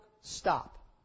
stop